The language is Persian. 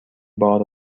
بار